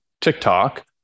TikTok